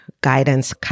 guidance